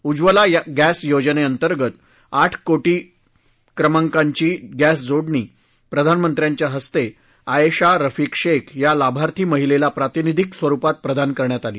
Ujjwala gas योजनेअंतर्गत आठ कोणी क्रमांकाची गॅसजोडणी प्रधानमंत्र्यांच्या हस्ते आएशा रफिक शेख या लाभार्थी महिलेला प्रातिनिधीक स्वरुपात प्रदान करण्यात आली